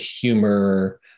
humor